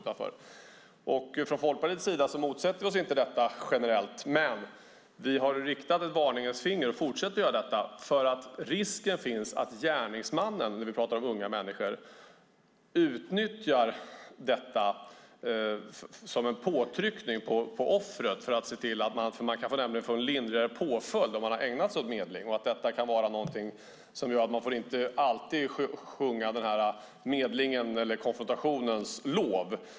Vi i Folkpartiet motsätter oss inte detta generellt, men vi har riktat ett varningens finger, och fortsätter att göra detta, för att risken finns att gärningsmannen, när vi pratar om unga människor, utnyttjar detta som en påtryckning på offret eftersom man kan få en lindrigare påföljd om man har ägnat sig åt medling. Detta kan göra att man inte alltid ska sjunga medlingens eller konfrontationens lov.